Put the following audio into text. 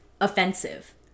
offensive